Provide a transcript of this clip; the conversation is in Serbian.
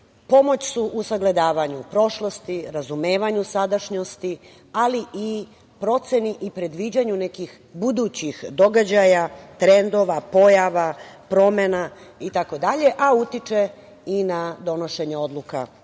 Pomoć su u sagledavanju prošlosti, razumevanju sadašnjosti, ali i proceni i predviđanju nekih budućih događaja, trendova, pojava, promena itd. a utiče i na donošenje odluka